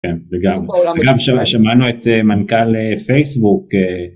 כן, וגם שמענו את מנכל פייסבוק